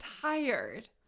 tired